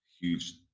huge